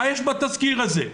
מה יש בתזכיר הזה?